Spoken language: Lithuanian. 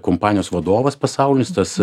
kompanijos vadovas pasaulis tas